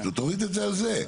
תוריד את זה על זה.